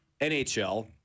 NHL